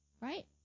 Right